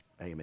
Amen